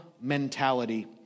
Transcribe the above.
mentality